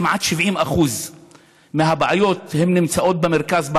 אם כמעט 70% מהבעיות נמצאות במרכז,